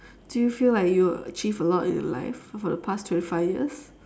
do you feel like you achieved a lot in life for the past twenty five years